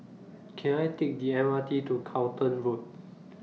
Can I Take The M R T to Charlton Road